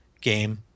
game